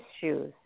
shoes